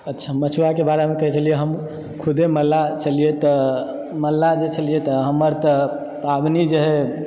अच्छा मछुआके बारेमे कहि देलियै हम खुदे मल्लाह छलियै तऽ मल्लाह जे छलियै तऽ हमर तऽ पाबनि जे